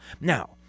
Now